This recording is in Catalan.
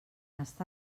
està